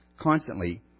constantly